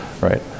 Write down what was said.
right